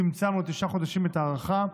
צמצמנו לתשעה חודשים את ההארכה.